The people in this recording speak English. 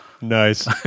Nice